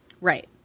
Right